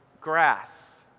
grass